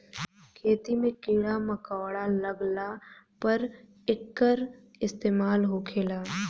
खेती मे कीड़ा मकौड़ा लगला पर एकर इस्तेमाल होखेला